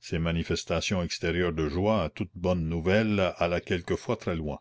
ces manifestations extérieures de joie à toute bonne nouvelle allaient quelquefois très loin